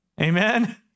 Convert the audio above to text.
Amen